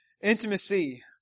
intimacy